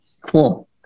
Cool